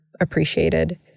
appreciated